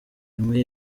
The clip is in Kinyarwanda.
imwe